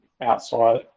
outside